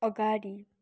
अगाडि